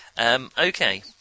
Okay